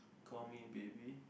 call me baby